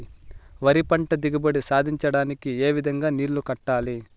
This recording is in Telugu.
వరి పంట దిగుబడి సాధించడానికి, ఏ విధంగా నీళ్లు కట్టాలి?